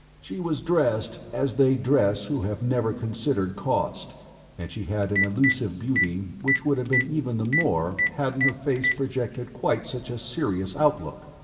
she was dressed as they dress who have never considered cost and she had an elusive beauty which would have been even the more hadn't her face projected quite such a serious outlook.